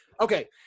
Okay